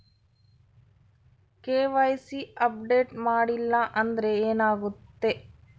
KYC update ಮಾಡಿಲ್ಲ ಅಂದ್ರೆ ಏನಾಗುತ್ತೆ?